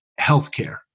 healthcare